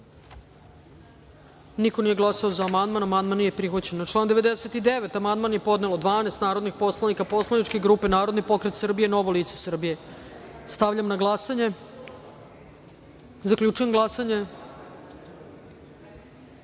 niko nije glasao za amandman. Amandman nije prihvaćen. Na član 99. amandman je podnelo 12 narodnih poslanika poslaničke grupe Narodni pokret Srbije – Novo lice Srbije. Stavljam na glasanje ovaj amandman. Zaključujem glasanje: